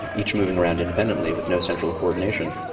and each moving around independently with no central coordination,